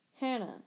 Hannah